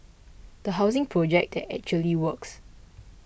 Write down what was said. a housing project that actually works